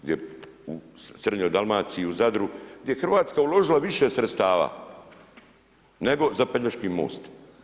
Gdje u srednjoj Dalmaciji, u Zadru, gdje je Hrvatska uložila više sredstava nego za Pelješki most.